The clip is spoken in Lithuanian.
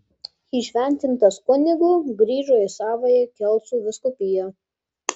įšventintas kunigu grįžo į savąją kelcų vyskupiją